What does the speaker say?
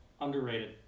underrated